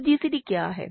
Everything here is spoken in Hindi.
तो gcd क्या है